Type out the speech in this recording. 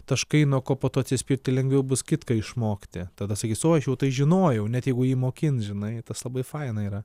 taškai nuo ko po to atsispirti lengviau bus kitką išmokti tada sakys oi aš jau tai žinojau net jeigu jį mokins žinai tas labai faina yra